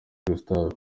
gustave